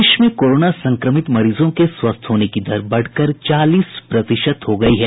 प्रदेश में कोरोना संक्रमित मरीजों के स्वस्थ होने की दर बढ़कर चालीस प्रतिशत हो गयी है